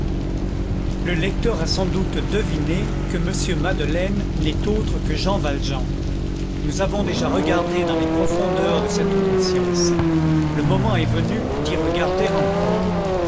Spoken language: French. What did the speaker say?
le lecteur a sans doute deviné que m madeleine n'est autre que jean valjean nous avons déjà regardé dans les profondeurs de cette conscience le moment est venu d'y regarder encore